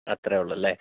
അത്രയേ ഉള്ളല്ലേ